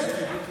כן.